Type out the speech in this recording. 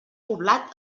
poblat